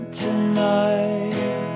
tonight